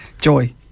Joy